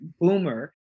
boomer